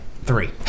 three